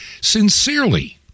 sincerely